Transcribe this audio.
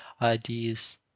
ideas